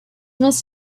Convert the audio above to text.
must